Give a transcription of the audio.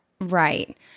Right